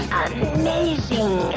amazing